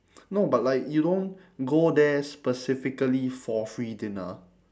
no but like you don't go there specifically for free dinner